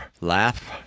laugh